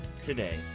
today